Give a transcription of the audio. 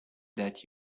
that